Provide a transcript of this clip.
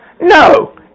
No